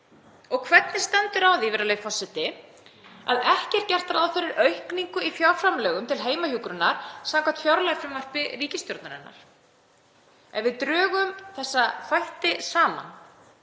Og hvernig stendur á því, virðulegi forseti, að ekki er gert ráð fyrir aukningu í fjárframlögum til heimahjúkrunar samkvæmt fjárlagafrumvarpi ríkisstjórnarinnar? Ef við drögum þessa þætti saman